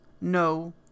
no